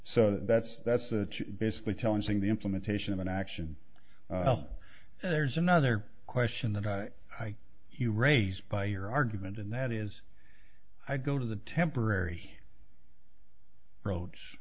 so that's that's basically telling the implementation of an action well there's another question that you raise by your argument and that is i go to the temporary roads